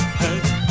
hey